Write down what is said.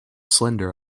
slender